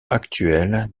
actuelle